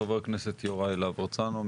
חבר כנסת יוראי להב הרצנו,